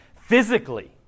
physically